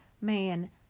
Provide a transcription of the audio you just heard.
man